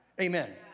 Amen